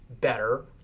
better